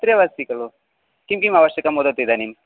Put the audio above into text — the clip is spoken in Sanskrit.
अत्रैव अस्ति खलु किं किम् आवश्यकं वदति इदानीं